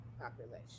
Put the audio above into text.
population